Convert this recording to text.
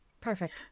Perfect